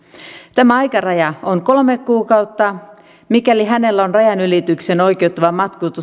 tämä aikaraja on kolme kuukautta mikäli hänellä on rajan ylitykseen oikeuttava